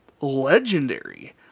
legendary